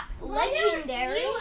legendary